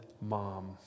mom